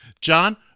john